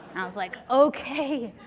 i was like, okay.